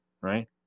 right